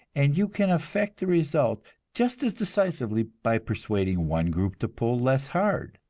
and you can affect the result just as decisively by persuading one group to pull less hard,